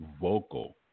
vocal